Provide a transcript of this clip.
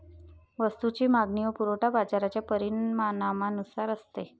वस्तूची मागणी व पुरवठा बाजाराच्या परिणामानुसार असतो